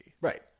Right